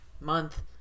month